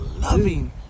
loving